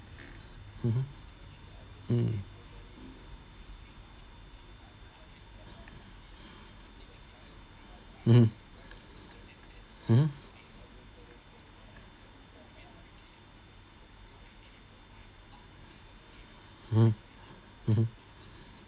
mmhmm mm mmhmm mmhmm mmhmm mmhmm